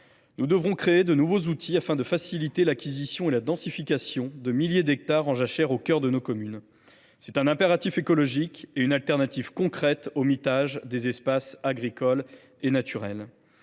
Nous devrons créer de nouveaux outils, afin de faciliter l’acquisition et la densification de milliers d’hectares qui sont en jachère au cœur de nos communes. C’est là un impératif écologique et une alternative concrète au mitage des espaces agricoles et naturels.